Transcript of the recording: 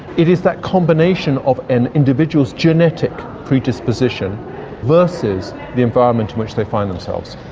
it is that combination of an individual's genetic predisposition versus the environment in which they find themselves.